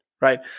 right